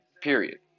period